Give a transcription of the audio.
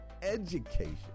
education